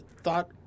thought